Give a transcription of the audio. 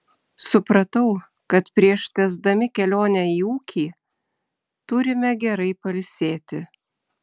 supratau kad prieš tęsdami kelionę į ūkį turime gerai pailsėti